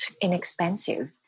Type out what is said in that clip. inexpensive